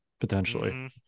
Potentially